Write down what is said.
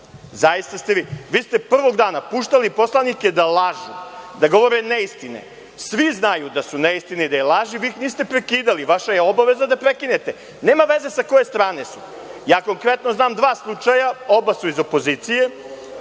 sada događa. Vi ste prvog dana puštali poslanike da lažu, da govore neistine. Svi znaju da su neistine i da su laži, a vi ih niste prekidali, a vaša je obaveza da ih prekinete. Nema veze sa koje strane su. Ja konkretno znam dva slučaja, oba su iz opozicije,